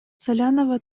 салянова